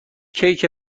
کیک